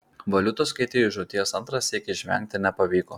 valiutos keitėjui žūties antrąsyk išvengti nepavyko